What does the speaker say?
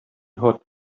hot